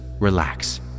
relax